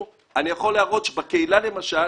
בקהילה למשל